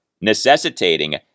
necessitating